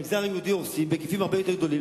במגזר היהודי הורסים בהיקפים הרבה יותר גדולים,